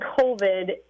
COVID